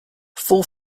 full